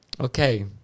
Okay